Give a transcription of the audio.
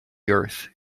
earth